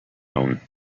own